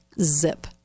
zip